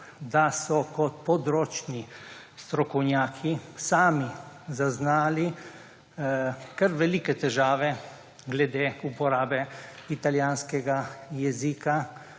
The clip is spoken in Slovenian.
da so kot področni strokovnjaki sami zaznali kar velike težave glede uporabe italijanskega jezika